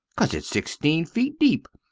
caus its sixteen feet deep,